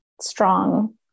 strong